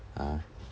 ah